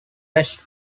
rest